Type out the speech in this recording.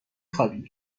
خوابی